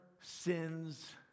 sins